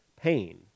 pain